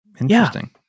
interesting